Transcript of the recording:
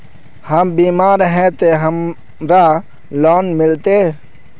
हम बीमार है ते हमरा लोन मिलते?